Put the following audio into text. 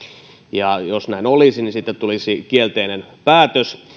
jos näin olisi niin sitten tulisi kielteinen päätös